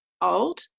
old